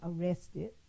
arrested